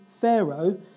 Pharaoh